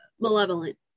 malevolent